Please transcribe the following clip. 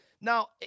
Now